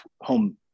home